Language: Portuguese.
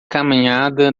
caminhada